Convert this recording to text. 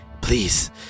please